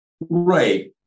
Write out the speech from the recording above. Right